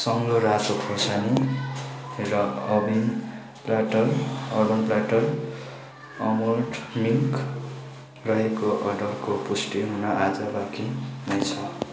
सग्लो रातो खुर्सानी र urban platter urban platter almond milk रहेको अर्डरको पुष्टि हुन अझ बाँकी नै छ